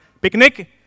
picnic